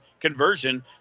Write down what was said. conversion